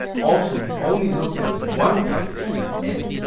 also we only looked at one public key n,